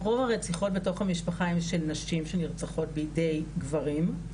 רוב הרציחות בתוך המשפחה הן של נשים שנרצחות בידי גברים,